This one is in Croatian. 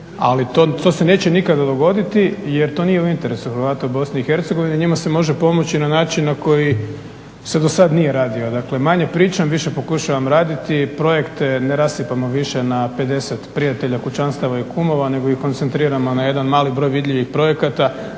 ali to se neće nikada dogoditi jer to nije u interesu Hrvata u BiH njima se može pomoći na način na koji se do sada nije radio. Dakle manje pričam više pokušavam raditi projekte ne rasipamo više na 50 prijatelja, kućanstava, kumova nego ih koncentriramo na jedan mali broj vidljivih projekata